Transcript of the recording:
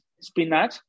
spinach